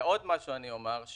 עוד משהו אני אומר.